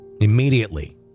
Immediately